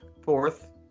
fourth